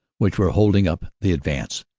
which were holding up the advance.